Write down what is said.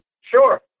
Sure